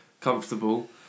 comfortable